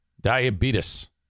diabetes